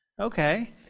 okay